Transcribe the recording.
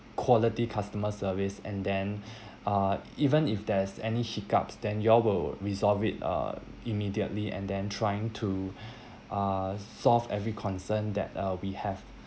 quality customer service and then uh even if there's any hiccups then you all will resolve it uh immediately and then trying to uh solve every concern that uh we have